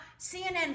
CNN